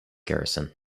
garrison